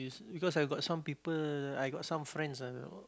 because I got some people I got some friends ah